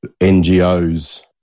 NGOs